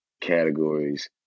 categories